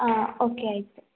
ಆಂ okay ಆಯಿತು